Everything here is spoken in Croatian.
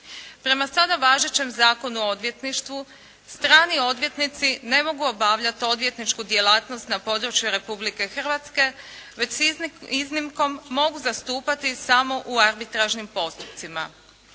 Prema sada važećem Zakonu o odvjetništvu, strani odvjetnici ne mogu obavljati odvjetničku djelatnost na području Republike Hrvatske već s iznimkom mogu zastupati u arbitražnim postupcima.